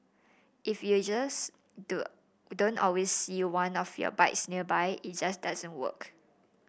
if users do don't always see one of your bikes nearby it just doesn't work